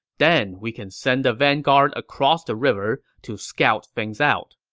then we can send the vanguard across the river to scout things out.